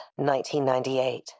1998